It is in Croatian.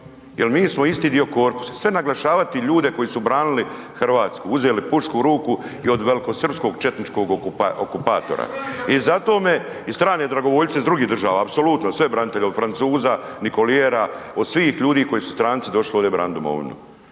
jer mi smo isto dio korpusa, sve naglašavati ljude koji su branili Hrvatsku, uzeli pušku u ruku i od velikosrpskog četničkog okupatora i zato me, …... /Upadica sa strane, ne razumije se./… I strane dragovoljce iz drugih država, apsolutno, sve branitelje, od „Francuza“ Nicoliera, od svih ljudi, stranci koji su došli ovdje branit domovinu